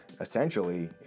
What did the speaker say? essentially